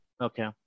Okay